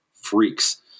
freaks